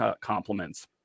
compliments